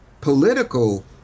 political